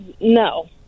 no